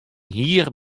hier